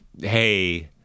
Hey